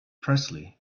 presley